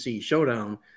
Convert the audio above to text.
showdown